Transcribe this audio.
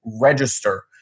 register